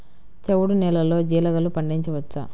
చవుడు నేలలో జీలగలు పండించవచ్చా?